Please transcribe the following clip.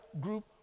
group